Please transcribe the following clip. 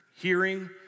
hearing